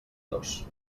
dos